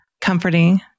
comforting